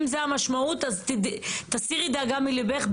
אם זו המשמעות, אז תסירי דאגה מליבך.